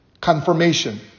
confirmation